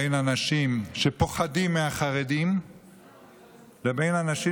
בין אנשים שפוחדים מהחרדים לבין אנשים